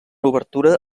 obertura